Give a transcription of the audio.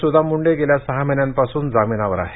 सुदाम मुंडे गेल्या सहा महिन्यांपासून जामिनावर आहे